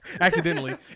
Accidentally